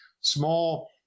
small